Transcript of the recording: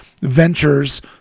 ventures